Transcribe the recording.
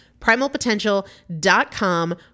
Primalpotential.com